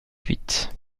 huit